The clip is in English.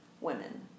women